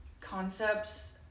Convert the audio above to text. concepts